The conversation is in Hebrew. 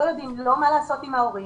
לא יודעים מה לעשות עם ההורים,